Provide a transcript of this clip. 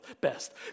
best